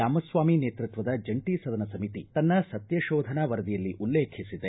ರಾಮಸ್ವಾಮಿ ನೇತೃತ್ವದ ಜಂಟಿ ಸದನ ಸಮಿತಿ ತನ್ನ ಸತ್ಯಕೋಧನಾ ವರದಿಯಲ್ಲಿ ಉಲ್ಲೇಖಿಸಿದೆ